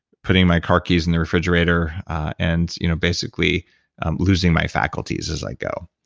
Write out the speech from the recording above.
putting my car keys in the refrigerator and you know basically losing my faculties as i go.